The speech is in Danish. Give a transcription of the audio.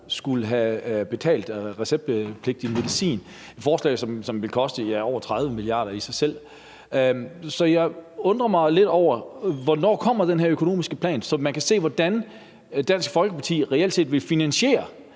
skulle have betalt receptpligtig medicin, et forslag, som i sig selv ville koste over 30 mia. kr. Jeg undrer mig lidt over, hvornår den her økonomiske plan kommer, så man kan se, hvordan Dansk Folkeparti reelt set vil finansiere